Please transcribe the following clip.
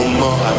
more